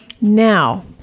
Now